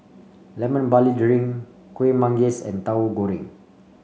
Lemon Barley Drink Kuih Manggis and Tahu Goreng